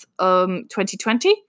2020